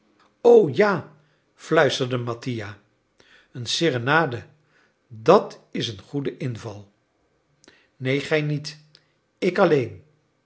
o ja fluisterde mattia een serenade dat is een goede inval neen gij niet ik alleen